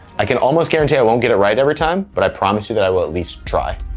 i can almost guarantee i won't get it right every time, but i promise you that i will at least try.